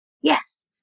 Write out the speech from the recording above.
Yes